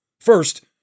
First